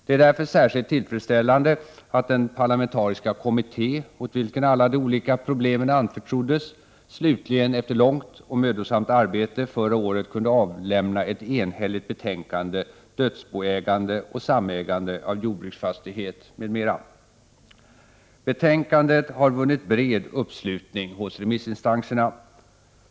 Det är därför särskilt tillfredsställande att den parlamentariska kommitté, åt vilken alla de olika problemen anförtroddes, slutligen efter långt och mödosamt arbete förra året kunde avlämna ett enhälligt betänkande: Dödsboägande och samägande av jordbruksfastighet m.m. Betänkandet har vunnit bred uppslutning hos remissinstanserna.